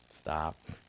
stop